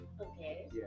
Okay